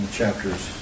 chapters